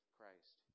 Christ